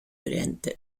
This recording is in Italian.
oriente